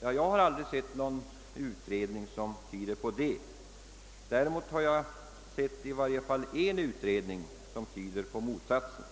Jag har aldrig sett någon utredning som tyder på det. Däremot har jag sett i varje fall en utredning som tyder på motsatsen.